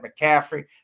McCaffrey